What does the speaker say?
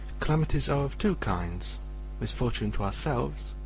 calamities are of two kinds misfortune to ourselves,